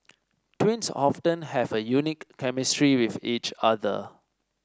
twins often have a unique chemistry with each other